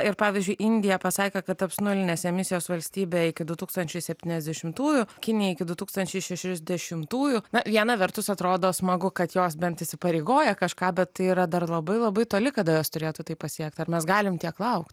ir pavyzdžiui indija pasakė kad taps nulinės emisijos valstybė iki du tūkstančiai septyniasdešimtųjų kinija iki du tūkstančiai šešiasdešimtųjų na viena vertus atrodo smagu kad jos bent įsipareigoja kažką bet tai yra dar labai labai toli kada jos turėtų tai pasiekti ar mes galim tiek laukt